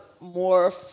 more